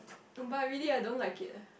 um but really I don't like it eh